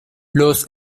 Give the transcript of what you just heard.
los